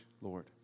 Lord